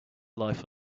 life